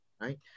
right